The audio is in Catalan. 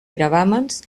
gravàmens